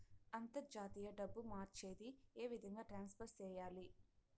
అంతర్జాతీయ డబ్బు మార్చేది? ఏ విధంగా ట్రాన్స్ఫర్ సేయాలి?